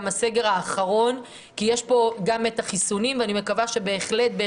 הסגר האחרון כי יש פה גם את החיסונים אני מקווה שבהחלט אנחנו